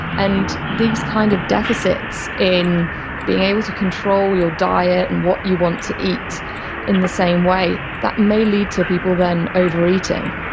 and these kind of deficits in being able to control your diet and what you want to eat in the same way, that may lead to people then overeating.